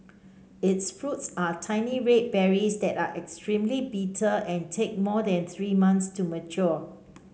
its fruits are tiny red berries that are extremely bitter and take more than three months to mature